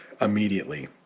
Immediately